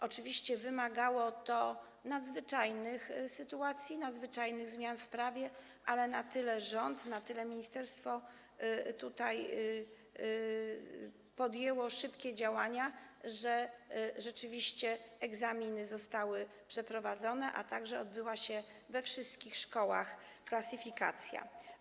Oczywiście wymagało to nadzwyczajnych sytuacji, nadzwyczajnych zmian w prawie, ale rząd, ministerstwo podjęły na tyle szybkie działania, że rzeczywiście egzaminy zostały przeprowadzone, a także odbyła się we wszystkich szkołach klasyfikacja.